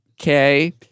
Okay